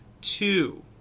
two